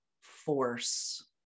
force